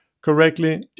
correctly